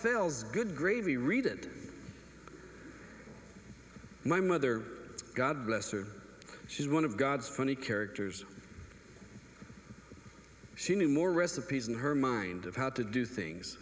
fails good gravy read it my mother god bless her she's one of god's funny characters she knew more recipes in her mind of how to do things